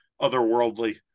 otherworldly